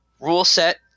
rule-set